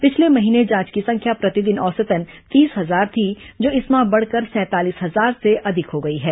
पिछले महीने जांच की संख्या प्रतिदिन औसतन तीस हजार थी जो इस माह बढ़कर सैंतालीस हजार से अधिक हो गई है